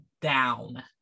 down